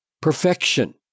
perfection